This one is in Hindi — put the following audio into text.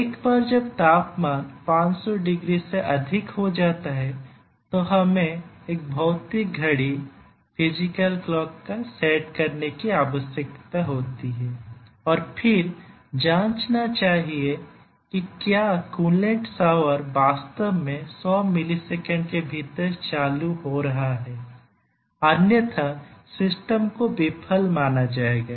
एक बार जब तापमान 500 डिग्री से अधिक हो जाता है तो हमें एक भौतिक घड़ी सेट करने की आवश्यकता होती है और फिर जांचना चाहिए कि क्या कूलेंट शॉवर वास्तव में 100 मिलीसेकंड के भीतर चालू हो रहा है अन्यथा सिस्टम को विफल माना जाएगा